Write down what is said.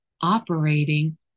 operating